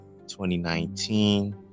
2019